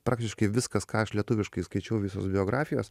praktiškai viskas ką aš lietuviškai skaičiau visos biografijos